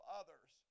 others